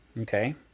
okay